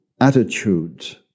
attitude